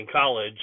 college